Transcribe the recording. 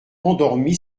endormi